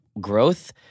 growth